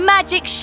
Magic